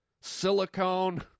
silicone